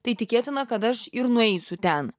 tai tikėtina kad aš ir nueisiu ten